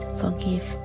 forgive